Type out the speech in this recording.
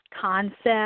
concept